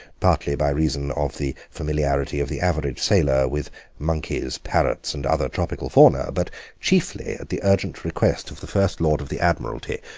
partly by reason of the familiarity of the average sailor with monkeys, parrots, and other tropical fauna, but chiefly at the urgent request of the first lord of the admiralty,